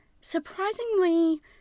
Surprisingly